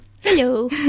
Hello